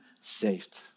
saved